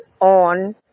on